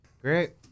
Great